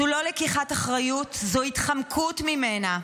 זו לא לקיחת אחריות, זאת התחמקות ממנה.